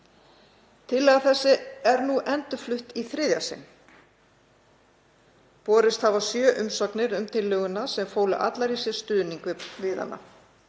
Tillaga þessi er nú endurflutt í þriðja sinn. Borist hafa sjö umsagnir um tillöguna sem fólu allar í sér stuðning við hana.